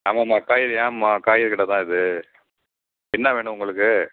ஆமாம்மா காய்கறி ஆமா காய்கறி கடை தான் இது என்ன வேணும் உங்களுக்கு